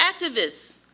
activists